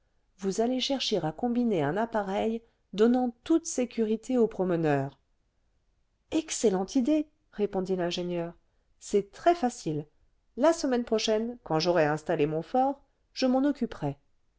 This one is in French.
vous allez chercher à combiner un appareil donnant toute sécurité aux promeneurs excellente idée répondit l'ingénieur c'est très facile la semaine prochaine quand j'aurai installé mon fort je m'en occuperai